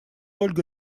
ольга